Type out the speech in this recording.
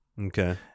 Okay